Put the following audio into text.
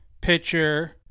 pitcher